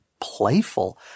playful